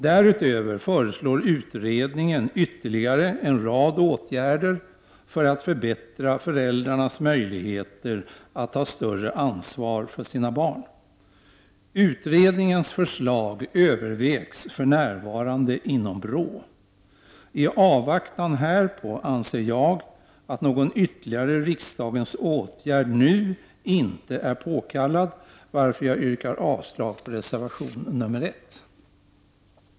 Därutöver föreslår utredningen ytterligare en rad åtgärder för att förbättra föräldrarnas möjligheter att ta större ansvar för sina barn. Utredningens förslag övervägs för närvarande inom BRÅ. I avvaktan härpå anser jag att någon ytterligare riksdagens åtgärd nu inte är påkallad, varför jag yrkar avslag på reservation 1.